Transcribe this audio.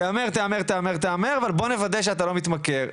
תהמר, אבל בוא נוודא שאתה לא מתמכר.